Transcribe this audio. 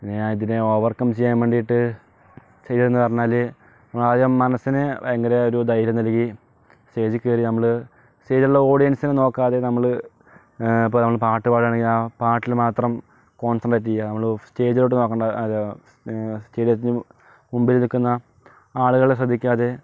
ഞാൻ ഇതിനെ ഓവർക്കം ചെയ്യാൻ വേണ്ടിയിട്ട് ചെയ്യുക എന്ന് പറഞ്ഞാൽ നമ്മൾ ആദ്യം മനസ്സിനെ ഭയങ്കര ഒരു ധൈര്യം നൽകി സ്റ്റേജിൽ കയറി നമ്മൾ സ്റ്റേജിൽ ഉള്ള ഓഡിയൻസിനെ നോക്കാതെ നമ്മൾ ഇപ്പോൾ നമ്മൾ പാട്ടു പാടുക എങ്കിൽ ആ പാട്ടിൽ മാത്രം കോൺസെൻട്രേറ്റ് ചെയ്യുക നമ്മൾ സ്റ്റേജിലോട്ട് നോക്കേണ്ട ഒരു സ്റ്റേഡിയത്തിലെ മുമ്പിലിരിക്കുന്ന ആളുകളെ ശ്രദ്ധിക്കാതെ